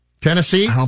Tennessee